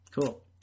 Cool